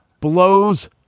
blows